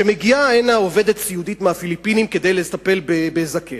כשמגיעה הנה עובדת סיעודית מהפיליפינים כדי לטפל בזקן,